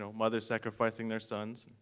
so mothers sacrificing their sons,